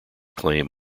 claim